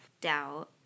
doubt